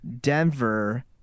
Denver